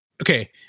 Okay